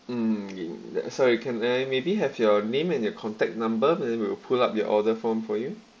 mm ya sorry can I maybe have your name and your contact number then will pull up your order form for you